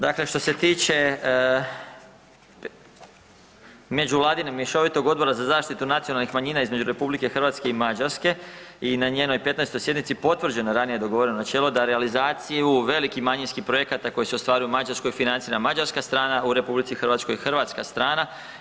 Dakle, što se tiče međuvladinog mješovitog Odbora za zaštitu nacionalnih manjina između RH i Mađarske i na njenoj 15. sjednici potvrđeno je ranije dogovoreno načelo da realizaciju velikih manjinskih projekata koji se ostvaruju u Mađarskoj financira mađarska strana, u RH Hrvatska strana.